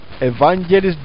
Evangelist